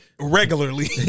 regularly